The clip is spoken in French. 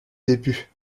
début